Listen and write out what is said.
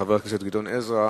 של חבר הכנסת גדעון עזרא,